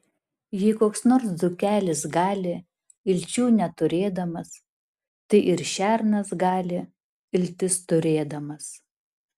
jei koks nors dzūkelis gali ilčių neturėdamas tai ir šernas gali iltis turėdamas